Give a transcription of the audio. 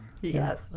Yes